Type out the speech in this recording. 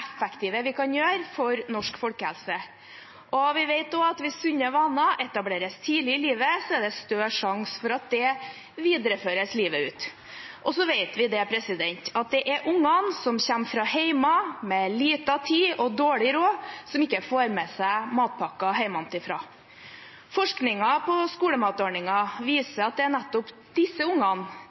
effektive vi kan gjøre for norsk folkehelse. Vi vet at hvis sunne varer etableres tidlig i livet, er det større sjanse for at det videreføres livet ut, og vi vet også at det er unger som kommer fra hjem med liten tid og dårlig råd, som ikke får med seg matpakke hjemmefra. Forskningen på skolematordningen viser at det er nettopp disse ungene